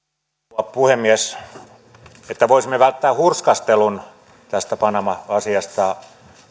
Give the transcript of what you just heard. arvoisa rouva puhemies jotta voisimme välttää hurskastelun tästä panama asiasta